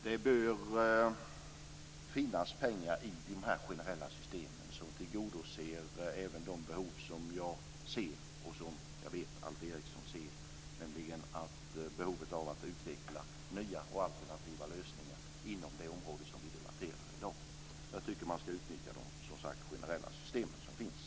Det bör finnas pengar i dessa generella system som tillgodoser även de behov som jag ser och som jag vet att Alf Eriksson ser, nämligen behovet av att utveckla nya och alternativa lösningar inom det område som vi debatterar i dag. Och jag tycker att man ska utnyttja de generella system som finns.